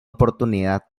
oportunidad